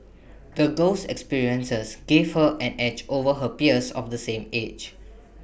the girl's experiences gave her an edge over her peers of the same age